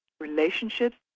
Relationships